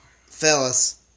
Fellas